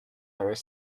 are